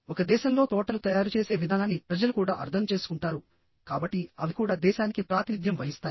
ఒక దేశంలో తోటలు తయారు చేసే విధానాన్ని ప్రజలు కూడా అర్థం చేసుకుంటారు కాబట్టి అవి కూడా దేశానికి ప్రాతినిధ్యం వహిస్తాయి